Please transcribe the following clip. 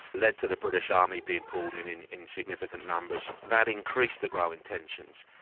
led to the british army being pulled in in in significant numbers. that increased the growing tensions.